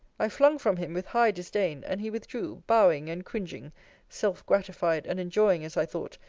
i flung from him with high disdain and he withdrew, bowing and cringing self-gratified, and enjoying, as i thought,